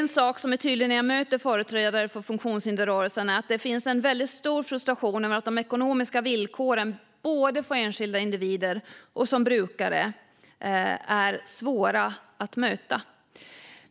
Något som är tydligt när jag möter företrädare för funktionshindersrörelsen är att det finns en väldigt stor frustration över de ekonomiska villkoren för både enskilda individer och brukare.